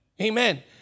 Amen